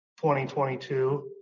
2022